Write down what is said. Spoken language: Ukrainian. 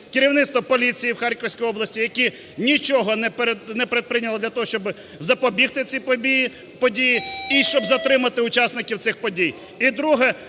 керівництву поліції в Харківській області, які нічого не предприняли для того, щоб запобігти цій події і щоб затримати учасників цих подій. І друге.